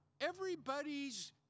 everybody's